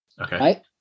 Okay